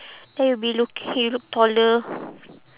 then you'll be looki~ you look taller